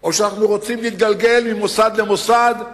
או שאנחנו רוצים להתגלגל ממוסד למוסד,